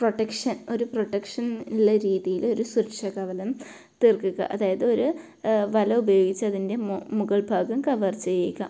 protection ഒരു protection ഉള്ള രീതീയിൽ ഒരു സുരക്ഷാകവലം തീർക്കുക അതായത് ഒരു വല ഉപയോഗിച്ച് അതിൻ്റെ മുക മുകൾ ഭാഗം കവർ ചെയ്യുക